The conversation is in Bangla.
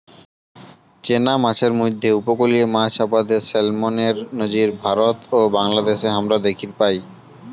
চেনা মাছের মইধ্যে উপকূলীয় মাছ আবাদে স্যালমনের নজির ভারত ও বাংলাদ্যাশে হামরা দ্যাখির পাই